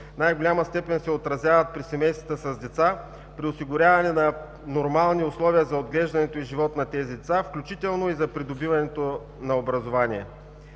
най-голяма степен се отразяват при семействата с деца, при осигуряване на нормални условия за отглеждането и живота на тези деца, включително и за придобиването на образование.